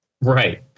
Right